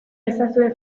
ezazue